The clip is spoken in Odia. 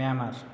ମିଆଁମାର